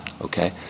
okay